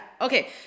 Okay